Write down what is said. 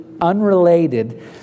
unrelated